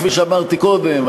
כפי שאמרתי קודם,